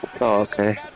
okay